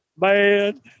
bad